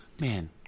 Man